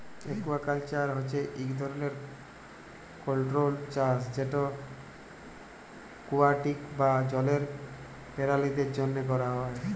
aquaculture হছে ইক ধরলের কল্ট্রোল্ড চাষ যেট একুয়াটিক বা জলের পেরালিদের জ্যনহে ক্যরা হ্যয়